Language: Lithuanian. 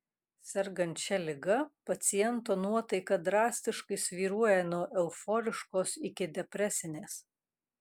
sergant šia liga paciento nuotaika drastiškai svyruoja nuo euforiškos iki depresinės